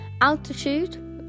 altitude